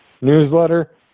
newsletter